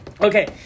Okay